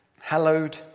hallowed